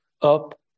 up